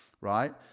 Right